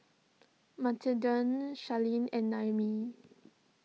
Matilde Sherlyn and Noemi